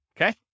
Okay